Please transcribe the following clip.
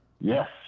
Yes